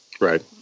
right